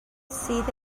sydd